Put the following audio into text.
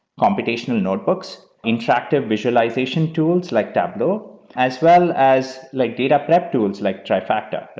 computational notebooks, interactive visualization tools like tableau, as well as like data prep tools, like trifecta?